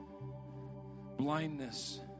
blindness